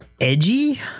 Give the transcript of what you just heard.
Edgy